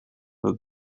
her